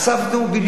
בשיפוץ בתי קשישים.